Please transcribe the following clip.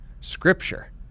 scripture